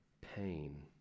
pain